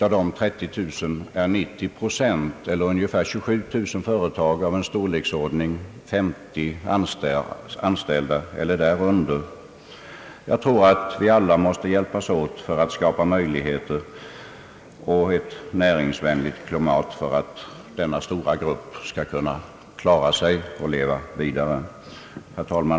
Av dem är 90 procent, eller ungefär 27 000, företag med 50 anställda och därunder. Vi måste alla hjälpas åt att skapa möjligheter och ett näringsvänligt klimat för denna stora grupp, så att den kan klara sig och leva vidare.